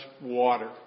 water